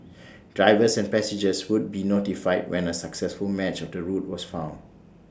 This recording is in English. drivers and passengers would be notified when A successful match of the route was found